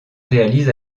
réalise